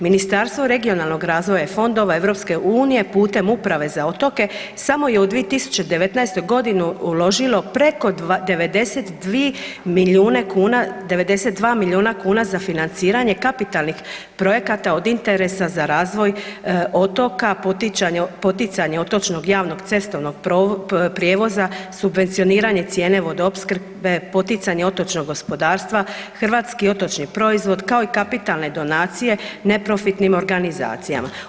Ministarstvo regionalnog razvoja i fondova EU putem Uprave za otoke samo je u 2019.g. uložilo preko 92 milijuna kuna za financiranje kapitalnih projekata od interesa za razvoj otoka, poticanje otočnog javnog cestovnog prijevoza, subvencioniranje cijene vodoopskrbe, poticanje otočnog gospodarstva, Hrvatski otočni proizvod, kao i kapitalne donacije neprofitnim organizacijama.